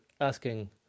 asking